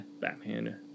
Batman